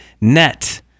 net